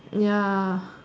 ya